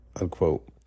unquote